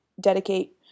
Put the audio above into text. dedicate